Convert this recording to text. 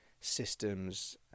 systems